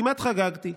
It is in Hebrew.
כמעט חגגתי.